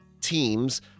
teams